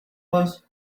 was